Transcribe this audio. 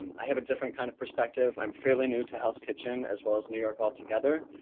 i have a different kind of perspective. i'm fairly new to hell's kitchen, as well as new york all together.